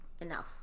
enough